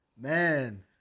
Man